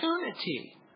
opportunity